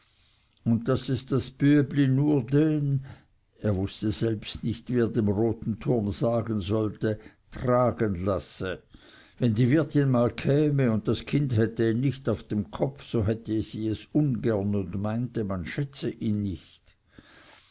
und daß es das bübli nur den er wußte selbst nicht wie er dem roten turm sagen sollte tragen lasse wenn die wirtin mal käme und das kind hätte ihn nicht auf dem kopfe so hätte sie es ungern und meinte man schätzte ihn nicht